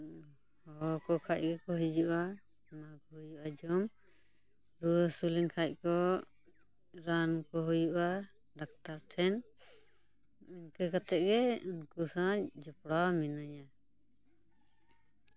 ᱦᱚᱦᱚ ᱟᱠᱚ ᱠᱷᱟᱡ ᱜᱮᱠᱚ ᱦᱤᱡᱩᱜᱼᱟ ᱮᱢᱟ ᱟᱠᱚ ᱦᱩᱭᱩᱜᱼᱟ ᱡᱚᱢ ᱨᱩᱣᱟᱹ ᱦᱟᱹᱥᱩ ᱞᱮᱱᱠᱷᱟᱡ ᱠᱚ ᱨᱟᱱ ᱠᱚ ᱦᱩᱭᱩᱜᱼᱟ ᱰᱟᱠᱛᱟᱨ ᱴᱷᱮᱱ ᱤᱱᱠᱟᱹ ᱠᱟᱛᱮᱫ ᱜᱮ ᱩᱱᱠᱩ ᱥᱟᱶ ᱡᱚᱯᱲᱟᱣ ᱢᱤᱱᱟᱹᱧᱟ